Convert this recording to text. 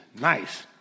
nice